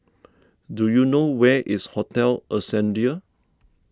do you know where is Hotel Ascendere